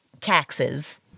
taxes